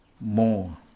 more